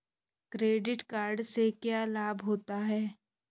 Credit card से क्या क्या लाभ होता है?